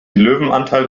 löwenanteil